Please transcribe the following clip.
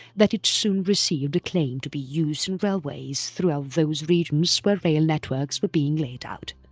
that it soon received acclaim to be used in railways throughout those regions where rail networks were being laid out.